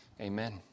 Amen